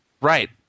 Right